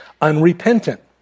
unrepentant